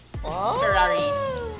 Ferraris